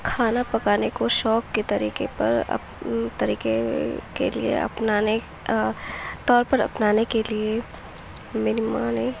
کھانا پکانے کو شوق کے طریقے پر اب طریقے کے لیے اپنانے طور پر اپنانے کے لیے میری ماں نے